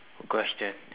question